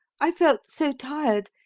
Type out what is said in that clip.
i felt so tired.